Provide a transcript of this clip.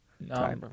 No